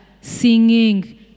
singing